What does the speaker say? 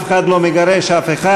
אף אחד לא מגרש אף אחד,